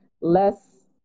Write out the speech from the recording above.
less